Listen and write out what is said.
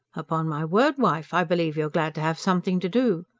upon my word, wife, i believe you're glad to have something to do.